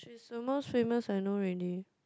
she's the most famous I know already